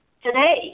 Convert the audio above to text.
Today